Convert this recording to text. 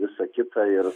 visa kita ir